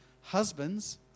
Husbands